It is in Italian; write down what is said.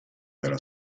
della